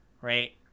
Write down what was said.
right